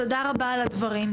תודה רבה על הדברים.